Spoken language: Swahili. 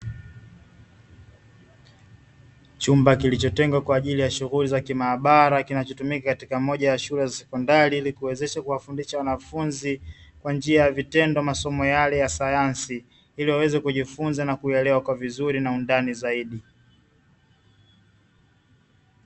Chumba kilichotengwa kwa ajili ya shughuli za kimaabara kinachotumika katika moja ya shule ya sekondari ili kuwezesha kuwafundisha wanafunzi kwa njia ya vitendo masomo yale ya sayansi ili waweze kujifunza na kuyaelewa kwa vizuri na undani zaidi.